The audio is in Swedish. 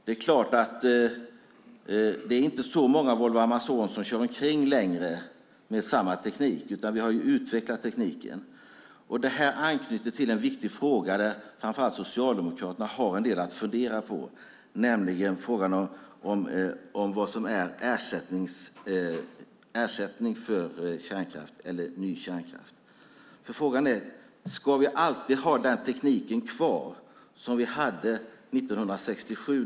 Det är inte längre så många Volvo Amazon som kör omkring med samma teknik, utan vi har utvecklat tekniken. Det här anknyter till en viktig fråga, där framför allt Socialdemokraterna har en del att fundera på, nämligen vad som är ersättning för ny kärnkraft. Frågan är: Ska vi alltid ha den teknik kvar som vi hade 1967?